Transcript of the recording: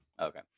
Okay